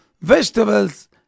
vegetables